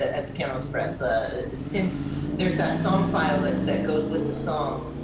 at the piano express. ah since there's that song file that that goes with the song,